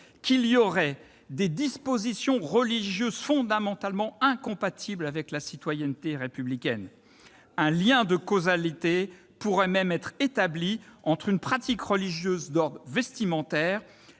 qu'il y aurait des dispositions religieuses fondamentalement incompatibles avec la citoyenneté républicaine. Eh oui ! Un lien de causalité pourrait même être établi entre une pratique religieuse d'ordre vestimentaire,